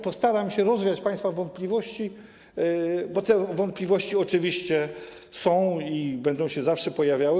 Postaram się rozwiać państwa wątpliwości, bo wątpliwości oczywiście są i będą się zawsze pojawiały.